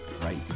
right